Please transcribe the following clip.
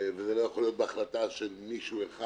וזה לא יכול להיות בהחלטה של מישהו אחד